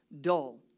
Dull